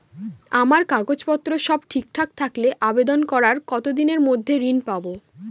আমার কাগজ পত্র সব ঠিকঠাক থাকলে আবেদন করার কতদিনের মধ্যে ঋণ পাব?